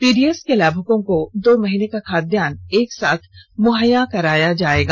PDS के लाभुकों को दो महीने का खाद्यान्न एक साथ मुहैया कराया जाएगा